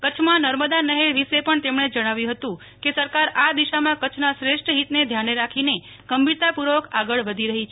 કચ્છમાં નર્મદા નહેર વિશે પણ તેમણે જણાવ્યું હતું કે સરકાર આ દિશામાં કચ્છના શ્રેષ્ઠ હિત ને ધ્યાને રાખીને ગંભીરતાપૂર્વક આગળ વધી રહી છે